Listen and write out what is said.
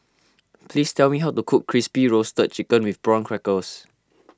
please tell me how to cook Crispy Roasted Chicken with Prawn Crackers